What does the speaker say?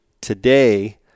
today